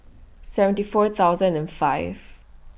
seventy four thousand and five